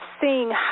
seeing